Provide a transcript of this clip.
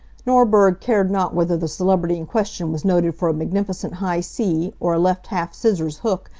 norberg cared not whether the celebrity in question was noted for a magnificent high c, or a left half-scissors hook,